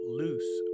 loose